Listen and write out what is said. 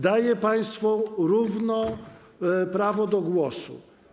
Daję państwu równe prawo do głosu.